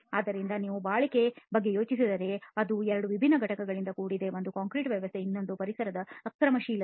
ಆದ್ದರಿಂದ ನೀವು ಬಾಳಿಕೆ ಬಗ್ಗೆ ಯೋಚಿಸಿದರೆ ಅದು ಎರಡು ವಿಭಿನ್ನ ಘಟಕಗಳಿಂದ ಕೂಡಿದೆ ಒಂದು ಕಾಂಕ್ರೀಟ್ ವ್ಯವಸ್ಥೆ ಮತ್ತು ಇನ್ನೊಂದು ಪರಿಸರದ ಆಕ್ರಮಣಶೀಲತೆ